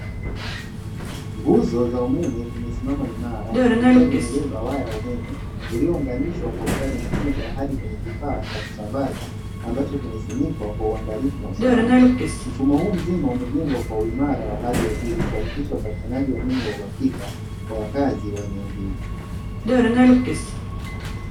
Nguzo za umeme zimesimama imara zikiwa zimebeba waya umeme uliounganishwa kwa ustadi mkubwa hadi kwenye kifaa cha kusambaza ambacho kimefunikwa kwa uangalifu na usalama. Mfumo huu mzima umejengwa kwa uimara wa hali ya juu kuhakikisha upatikanaji wa umeme wa uhakika kwa wakazi wa eneo hili.